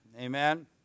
amen